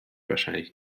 wahrscheinlich